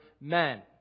men